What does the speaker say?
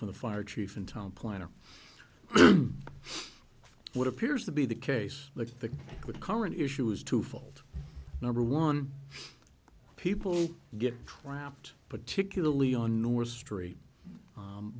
from the fire chief in town planner what appears to be the case look i think the current issue is twofold number one people get trapped particularly on north street